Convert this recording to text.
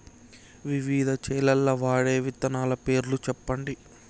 వివిధ చేలల్ల వాడే విత్తనాల పేర్లు చెప్పండి?